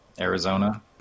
Arizona